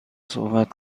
صحبت